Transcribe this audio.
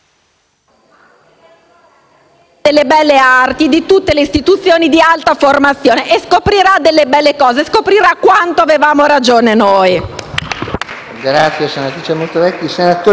delle belle arti e in tutte le istituzioni di alta formazione; scoprirà delle belle cose, scoprirà quanto avevamo ragione noi.